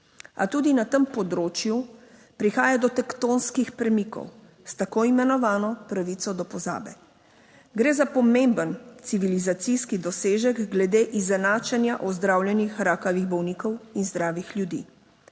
A tudi na tem področju prihaja do tektonskih premikov s tako imenovano pravico do pozabe. Gre za pomemben civilizacijski dosežek glede izenačenja ozdravljenih rakavih bolnikov in zdravih ljudi.